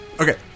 Okay